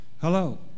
Hello